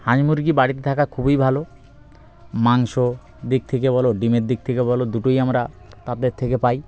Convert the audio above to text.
মুরগি বাড়িতে থাকা খুবই ভালো মাংস দিক থেকে বলো ডিমের দিক থেকে বলো দুটোই আমরা তাদের থেকে পাই